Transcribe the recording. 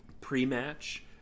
pre-match